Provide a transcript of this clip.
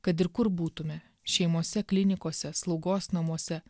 kad ir kur būtume šeimose klinikose slaugos namuose